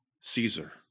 Caesar